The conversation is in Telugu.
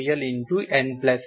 nm